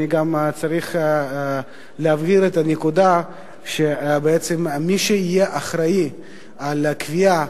אני גם צריך להבהיר את הנקודה שבעצם מי שיהיה אחראי על הקביעה